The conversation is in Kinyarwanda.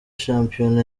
shampiyona